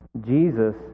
Jesus